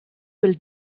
will